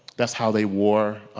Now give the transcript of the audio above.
that's how they wore